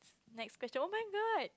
next question oh-my-god